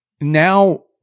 now